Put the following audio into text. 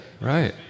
Right